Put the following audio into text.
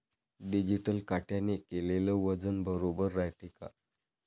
Digital काट्याने केलेल वजन बरोबर रायते का?